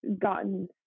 gotten